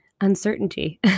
uncertainty